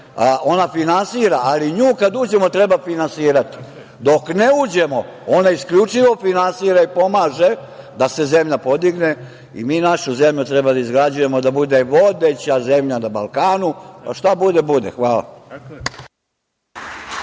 EU finansira, ali u nju kada uđemo, treba finansirati nju. Dok ne uđemo, ona isključivo finansira i pomaže da se zemlja podigne i mi našu zemlju treba da izgrađujemo da bude vodeća zemlja na Balkanu, pa šta bude bude. Hvala.